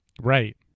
Right